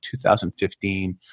2015